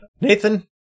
Nathan